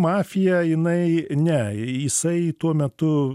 mafija jinai ne jisai tuo metu